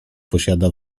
posiada